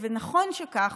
ונכון שכך,